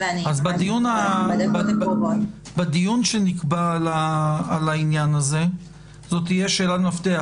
בדיון שנקבע על העניין הזה זו תהיה שאלת מפתח.